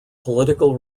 political